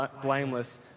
blameless